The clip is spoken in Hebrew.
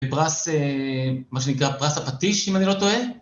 בפרס, מה שנקרא, פרס הפטיש, אם אני לא טועה.